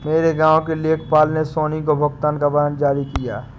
मेरे गांव के लेखपाल ने सोनी को भुगतान का वारंट जारी किया